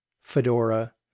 Fedora